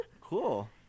Cool